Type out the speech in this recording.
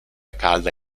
calda